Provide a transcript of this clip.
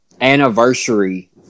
anniversary